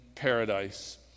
paradise